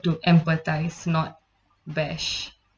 to empathise not bash